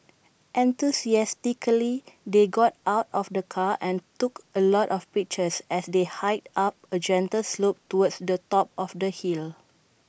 enthusiastically they got out of the car and took A lot of pictures as they hiked up A gentle slope towards the top of the hill